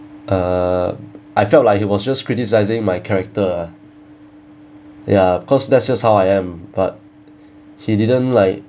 uh I felt like he was just criticising my character ah because that's just how I am but he didn't like